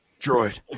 droid